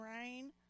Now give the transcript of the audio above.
rain